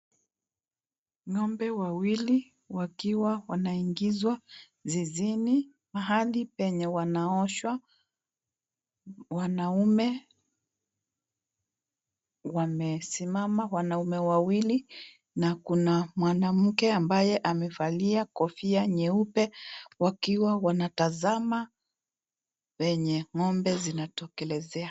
Ngombe wawili wakiwa wanaingizwa zizini, mahali penye wanaoshwa. Wanaume wamesimama, wanaume wawili, na kuna mwanamke ambaye amevalia kofia nyeupe wakiwa wanatazama kwenye ngombe wanatokelezea.